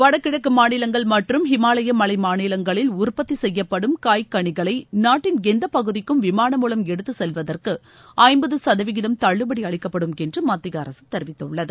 வடகிழக்கு மாநிலங்கள் மற்றும் இமாலய மலை மாநிலங்களில் உற்பத்தி செய்யப்படும் காய் கனிகளை நாட்டின் எந்தப் பகுதிக்கும் விமாளம் மூலம் எடுத்துச் செல்வதற்கு ஐம்பது சதவிகிதம் தள்ளுபடி அளிக்கப்படும் என்று மத்திய அரசு தெரிவித்துள்ளது